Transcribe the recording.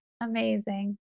Amazing